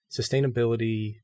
sustainability